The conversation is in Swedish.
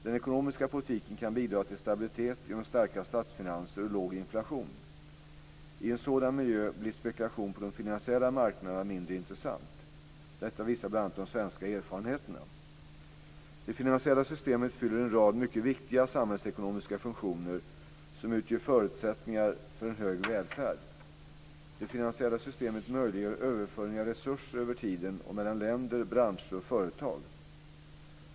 Den ekonomiska politiken kan bidra till stabilitet genom starka statsfinanser och låg inflation. I en sådan miljö blir spekulation på de finansiella marknaderna mindre intressant. Detta visar bl.a. de svenska erfarenheterna. Det finansiella systemet fyller en rad mycket viktiga samhällsekonomiska funktioner som utgör förutsättningar för en hög välfärd. Det finansiella systemet möjliggör överföring av resurser över tiden och mellan länder, branscher och företag.